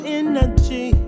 energy